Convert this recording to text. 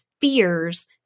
fears